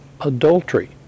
adultery